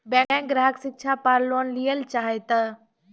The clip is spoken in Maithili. बैंक ग्राहक शिक्षा पार लोन लियेल चाहे ते?